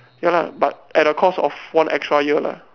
ya lah but at the cost of one extra year lah